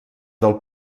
del